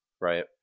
Right